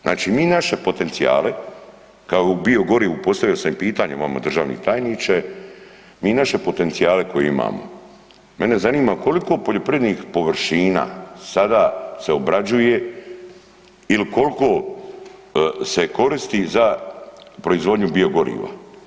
Znači mi naše potencijale kao i u biogorivu, postavio sam vam pitanja vama, državni tajniče, mi naše potencijale koje imamo, mene zanima koliko poljoprivrednih površina sada se obrađuje ili koliko se koristi za proizvodnju biogoriva?